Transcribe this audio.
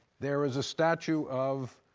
there is a statue of,